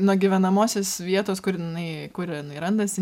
nuo gyvenamosios vietos kur jinai kur randasi